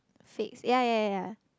six ya ya ya ya